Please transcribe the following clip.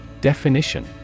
Definition